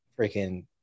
freaking